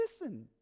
listen